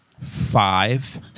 five